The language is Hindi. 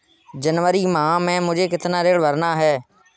जनवरी माह में मुझे कितना ऋण भरना है?